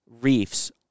reefs